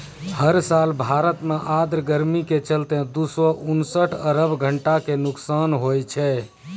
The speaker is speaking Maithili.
हर साल भारत मॅ आर्द्र गर्मी के चलतॅ दू सौ उनसठ अरब घंटा के नुकसान होय छै